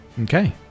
Okay